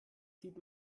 zieht